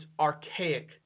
archaic